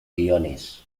guiones